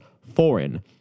foreign